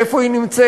איפה היא נמצאת.